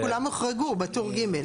אבל הם כולם הוחרגו בטור ג'.